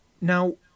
now